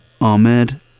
Ahmed